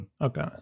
Okay